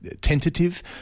tentative